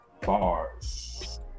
bars